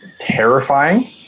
terrifying